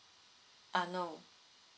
uh no